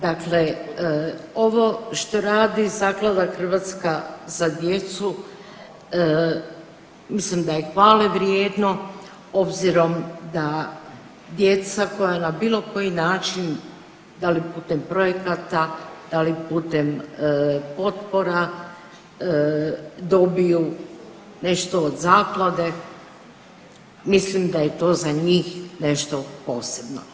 Dakle, ovo što radi Zaklada „Hrvatska za djecu“ mislim da je hvale vrijedno obzirom da djeca koja na bilo koji način da li putem projekata, da li putem potpora dobiju nešto od zaklade, mislim da je to za njih nešto posebno.